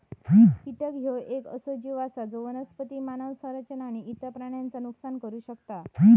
कीटक ह्यो येक असो जीव आसा जो वनस्पती, मानव संरचना आणि इतर प्राण्यांचा नुकसान करू शकता